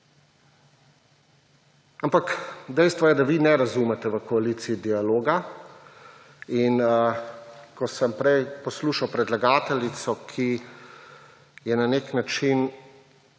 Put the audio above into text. Ampak, dejstvo je, da vi ne razumete v koaliciji dialoga in ko sem prej poslušal predlagateljico, ki je na nek način